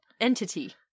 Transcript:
entity